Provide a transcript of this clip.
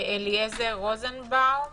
אליעזר רוזנבאום.